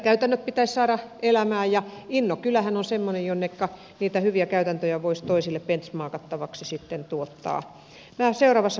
hyvät käytännöt pitäisi saada elämään ja innokylähän on semmoinen jonneka niitä hyviä käytäntöjä voisi toisille benchmarkattavaksi tuottaa